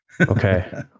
Okay